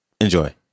Enjoy